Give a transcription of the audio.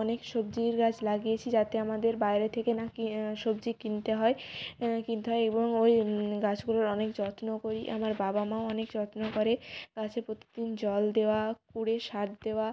অনেক সবজির গাছ লাগিয়েছি যাতে আমাদের বাইরে থেকে না কে সবজি কিনতে হয় কিনতে হয় এবং ওই গাছগুলোর অনেক যত্ন করি আমার বাবা মাও অনেক যত্ন করে গাছে প্রতি দিন জল দেওয়া কুড়ে সার দেওয়া